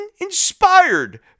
inspired